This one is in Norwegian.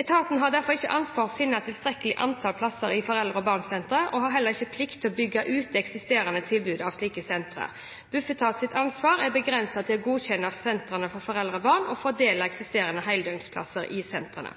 Etaten har derfor ikke ansvar for at det finnes tilstrekkelig antall plasser i foreldre og barn-sentre, og har heller ikke plikt til å bygge ut det eksisterende tilbudet av slike sentre. Bufetats ansvar er begrenset til å godkjenne sentrene for foreldre og barn, og å fordele eksisterende heldøgnsplasser i sentrene.